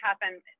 happen